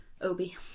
Obi